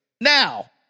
Now